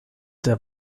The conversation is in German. der